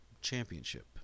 Championship